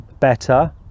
better